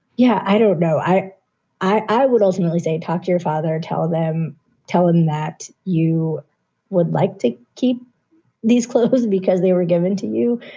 yeah, i don't know. i i would ultimately say talk to your father, tell them tell him that you would like to keep these clothes because they were given to you.